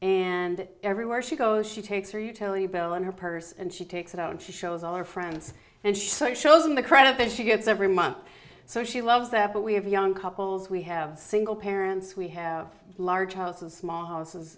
and everywhere she goes she takes her utility bill on her purse and she takes it out and she shows all her friends and she shows him the credit that she gets every month so she loves that but we have young couples we have single parents we have large house and small houses